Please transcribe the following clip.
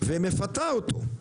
ומפתה אותו.